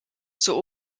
zur